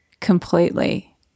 Completely